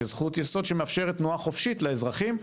שמאפשרת תנועה חופשית לאזרחים,